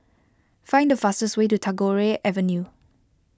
find the fastest way to Tagore Avenue